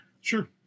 Sure